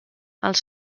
els